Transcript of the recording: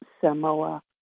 Samoa